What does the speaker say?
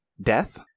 death